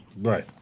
Right